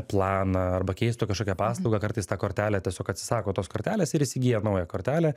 planą arba keistų kažkokią paslaugą kartais tą kortelę tiesiog atsisako tos kortelės ir įsigyja naują kortelę